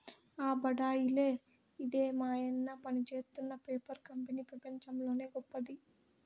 ఆ బడాయిలే ఇదే మాయన్న పనిజేత్తున్న పేపర్ కంపెనీ పెపంచంలోనే గొప్పది